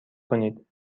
کنید